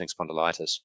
spondylitis